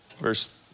Verse